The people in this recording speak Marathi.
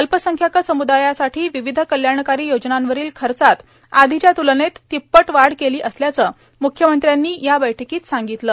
अल्पसंख्याक सम्रदायासाठी विविध कल्याणकारी योजनांवरील खर्चात आधीच्या तुलनेत तिप्पट वाढ केली असल्याचं म्रख्यमंत्र्यांनी या बैठकीत सांगितलं